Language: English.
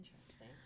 Interesting